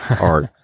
art